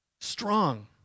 strong